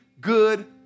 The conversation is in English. good